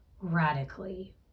radically